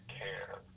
care